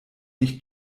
nicht